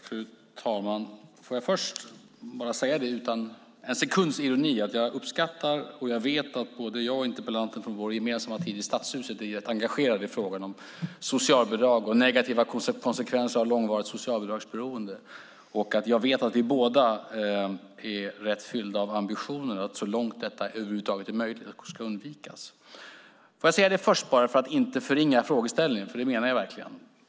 Fru talman! Låt mig först säga, utan en sekunds ironi, att jag vet från vår gemensamma tid i Stockholms stadshus att både interpellanten och jag är engagerade i frågan om socialbidrag och negativa konsekvenser av långvarigt socialbidragsberoende. Jag vet att vi båda är fyllda av ambitionen att det så långt det över huvud taget är möjligt ska undvikas. Jag säger det först för att inte förringa frågeställningen, för det menar jag verkligen.